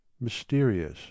mysterious